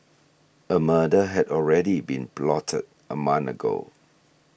a murder had already been plotted a month ago